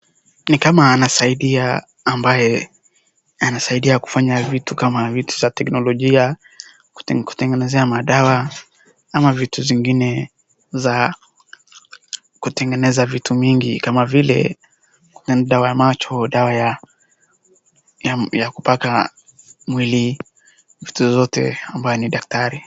Ni kama anasaidia ambaye anasaidia kufanya vitu kama za teknolojia, kutengenezea madawa ama vitu zingine za kutengeneza vitu mingi kama vile dawa ya macho dawa ya kupaka mwili, zozote ambayo ni daktari.